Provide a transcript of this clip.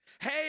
Hey